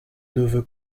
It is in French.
neveu